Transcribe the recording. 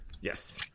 Yes